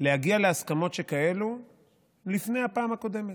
להגיע להסכמות שכאלה לפני הפעם הקודמת.